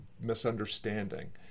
misunderstanding